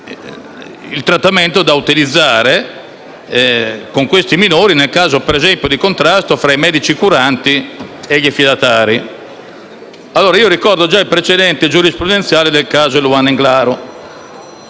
il trattamento da utilizzare con i minori, nel caso, per esempio, di contrasto tra i medici curanti e gli affidatari. Ricordo il precedente giurisprudenziale di Luana Englaro.